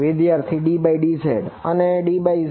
વિદ્યાર્થી ddz